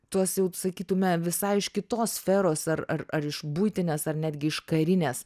tuos jau sakytume visai iš kitos sferos ar ar ar iš buitinės ar netgi iš karinės